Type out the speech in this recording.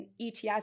ets